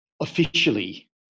officially